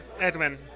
Edwin